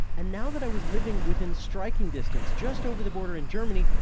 and now that i was living within striking distance just over the border in germany,